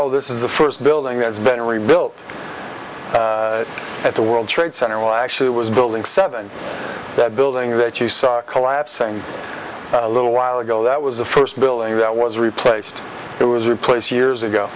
oh this is the first building that's been rebuilt at the world trade center well actually it was building seven that building that you saw a collapsing a little while ago that was the first building that was replaced it was replaced years ago